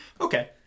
Okay